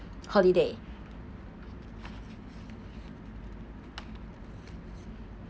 holiday